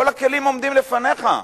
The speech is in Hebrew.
כל הכלים עומדים לפניך.